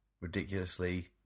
ridiculously